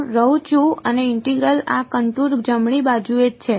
હું રહું છું અને ઇન્ટિગ્રલ આ કનટુર જમણી બાજુએ છે